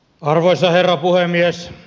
arvoisa herra puhemies